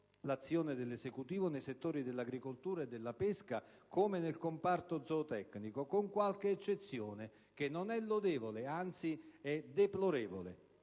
l'azione dell'Esecutivo nei settori dell'agricoltura e della pesca, come nel comparto zootecnico, con qualche eccezione che non è lodevole, ma anzi deplorevole.